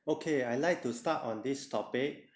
okay I like to start on this topic